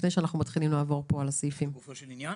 לפני שנתחיל לעבור על הסעיפים אני רוצה לשמוע אותך.